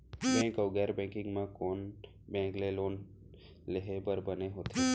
Bank अऊ गैर banking म कोन बैंक ले लोन लेहे बर बने होथे?